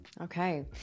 Okay